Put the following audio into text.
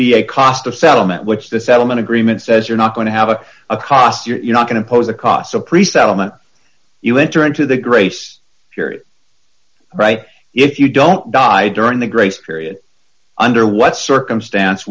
be a cost of settlement which the settlement agreement says you're not going to have a cost you're not going to pose a cost of pre settlement you enter into the grace period right if you don't die during the grace period under what circumstance